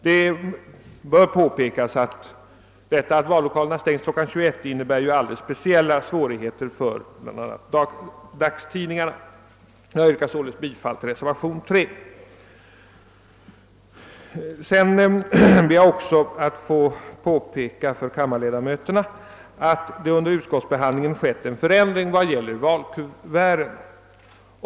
Det bör påpekas att stängningen kl. 21 innebär alldeles speciella svårigheter för dagstidningarna. Jag yrkar således bifall till reservationen 3. Vidare ber jag att få påpeka för kammarens ledamöter att det under utskottsbehandlingen framlagts ett förslag till förändring i vad som i propositionen föreslagits beträffande valkuverten.